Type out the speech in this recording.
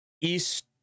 east